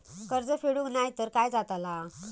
कर्ज फेडूक नाय तर काय जाताला?